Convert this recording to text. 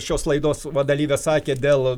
šios laidos dalyvė sakė dėl